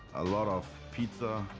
a lot of pizza,